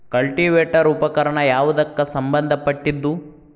Cultivator ಉಪಕರಣ ಯಾವದಕ್ಕ ಸಂಬಂಧ ಪಟ್ಟಿದ್ದು?